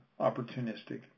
opportunistic